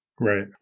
right